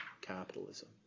capitalism